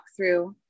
walkthrough